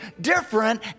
different